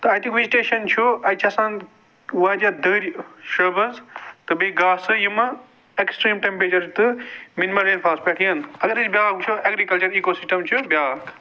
تہٕ اَتیٛک وِجٹیشَن چھُ اَتہِ چھِ آسان واریاہ دٔرۍ شِربٕز تہٕ بیٚیہِ گاسہٕ یِمہٕ ایٚکٕسٹرٛیٖم ٹیٚمپرٛیچَر تہٕ مِنمَم رین فالَس پٮ۪ٹھ یِن اَگر أسۍ بیٛاکھ وُچھُو ایٚگرِکَلچَر ایٖکو سِسٹَم چھُ بیٛاکھ